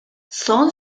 son